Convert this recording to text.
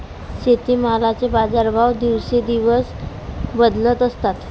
शेतीमालाचे बाजारभाव दिवसेंदिवस बदलत असतात